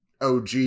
OG